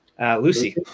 Lucy